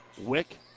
Wick